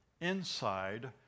inside